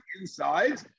Inside